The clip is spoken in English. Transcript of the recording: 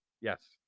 Yes